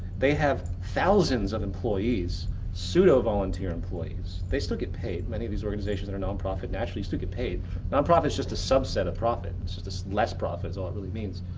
they have thousands of employees pseudo-volunteer employees. they still get paid. many of these organizations are non-profit and actually still get paid non-profit is just a subset of profit. it's just just less profit, is all it really means.